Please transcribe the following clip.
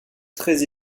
très